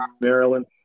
Maryland